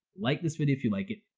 like this video if you like it.